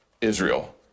Israel